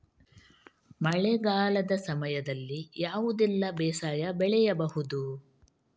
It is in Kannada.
ಮಳೆಗಾಲದ ಸಮಯದಲ್ಲಿ ಯಾವುದೆಲ್ಲ ಬೇಸಾಯ ಬೆಳೆ ಮಾಡಬಹುದು?